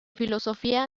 filosofía